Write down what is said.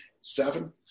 seven